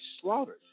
slaughtered